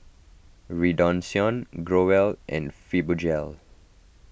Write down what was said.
Redoxon Growell and Fibogel